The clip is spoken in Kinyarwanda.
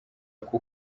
koko